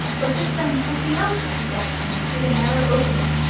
but just then something else comes dashing in through the narrow opening,